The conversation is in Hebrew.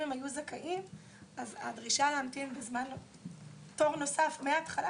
אם הם היו זכאים אז הדרישה להמתין תור נוסף מהתחלה,